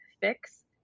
fix